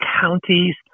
counties